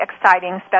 exciting